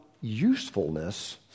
usefulness